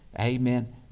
Amen